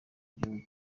igihugu